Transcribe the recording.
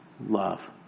love